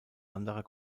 anderer